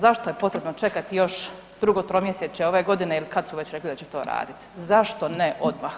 Zašto je potrebno čekati još drugo tromjesečje ove godine ili kad su već rekli da će to raditi, zašto ne odmah?